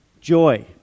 joy